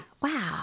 Wow